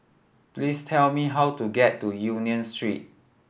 please tell me how to get to Union Street